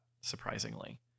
surprisingly